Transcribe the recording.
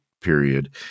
period